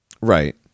right